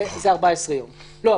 לא.